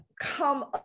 come